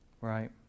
right